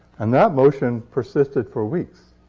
and that motion persisted for weeks.